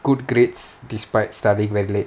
good grades despite studying very late